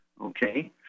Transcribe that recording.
Okay